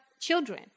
children